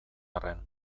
arren